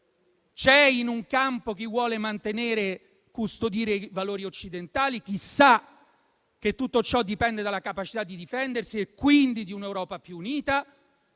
C'è in un campo chi vuole custodire i valori occidentali, chi sa che tutto ciò dipende dalla capacità di difendersi e quindi da un'Europa più unita,